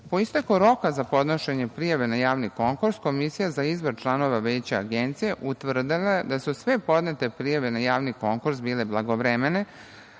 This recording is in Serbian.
Po isteku roka za podnošenje prijave na javni konkurs, Komisija za izbor članova Veća Agencije utvrdila je da su sve podnete prijave na javni konkurs bile blagovremene,